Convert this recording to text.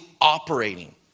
operating